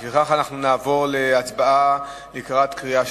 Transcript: לפיכך, אנחנו נעבור לקריאה שלישית,